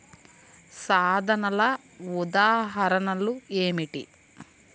సాధనాల ఉదాహరణలు ఏమిటీ?